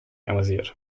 amüsiert